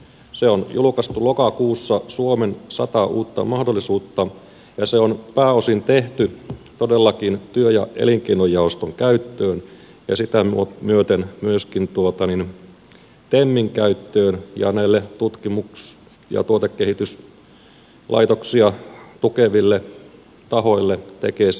se on julkaistu lokakuussa suomen sata uutta mahdollisuutta ja se on pääosin tehty todellakin työ ja elinkeinojaoston käyttöön ja sitä myöten myöskin temin käyttöön ja näille tutkimus ja tuotekehityslaitoksia tukeville tahoille tekesille ja vastaaville